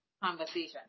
conversation